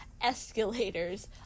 escalators